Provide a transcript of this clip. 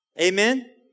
Amen